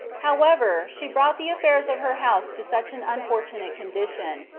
however, she brought the affairs of her house to such an unfortunate condition,